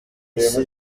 isi